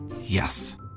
Yes